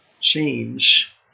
change